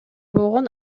болгон